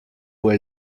fue